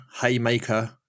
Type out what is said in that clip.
Haymaker